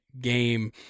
game